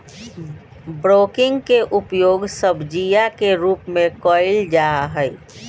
broccoli के उपयोग सब्जीया के रूप में कइल जाहई